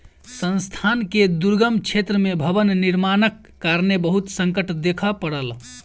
संस्थान के दुर्गम क्षेत्र में भवन निर्माणक कारणेँ बहुत संकट देखअ पड़ल